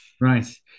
Right